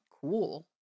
cool